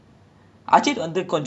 ya நா பொறக்கும்போது:naa porakumppothu